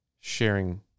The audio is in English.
sharing